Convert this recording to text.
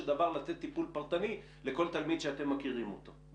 דבר לתת טיפול פרטני לכל תלמיד שאתם מכירים אותו.